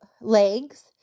legs